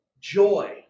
joy